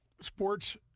sports